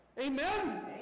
Amen